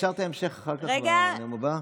אפשר את ההמשך אחר כך, בנאום הבא.